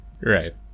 Right